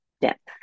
depth